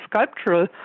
sculptural